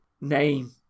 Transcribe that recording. name